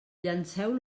llanceu